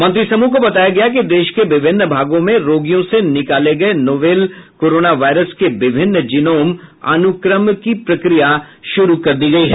मंत्री समूह को बताया गया कि देश के विभिन्न भागों में रोगियों से निकाले गए नोवेल कोरोना वायरस के विभिन्न जीनोम अनुक्रम की प्रक्रिया शुरू कर दी गई है